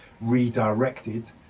redirected